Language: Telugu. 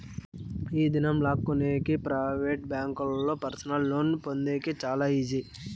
ఈ దినం లా కొనేకి ప్రైవేట్ బ్యాంకుల్లో పర్సనల్ లోన్ పొందేది చాలా ఈజీ